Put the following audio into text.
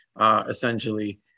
essentially